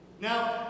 Now